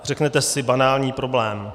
Řeknete si banální problém.